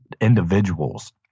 individuals